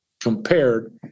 compared